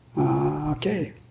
Okay